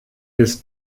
des